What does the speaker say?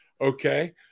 Okay